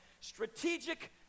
strategic